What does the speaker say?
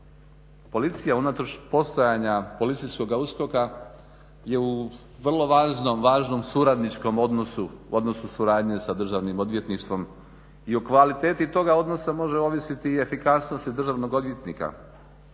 policija unatoč postojanja policijskog USKOK-a je u vrlo važnom suradničkom odnosu, odnosu suradnje sa Državnim odvjetništvom i o kvaliteti toga odnosa može ovisiti efikasnost i državnog odvjetnika.